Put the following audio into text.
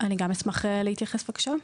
אני גם אשמח להתייחס, בבקשה.